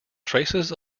traces